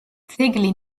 ძეგლი